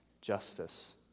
justice